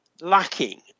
lacking